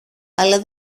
αλλά